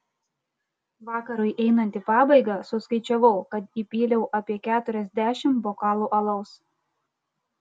vakarui einant į pabaigą suskaičiavau kad įpyliau apie keturiasdešimt bokalų alaus